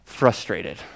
frustrated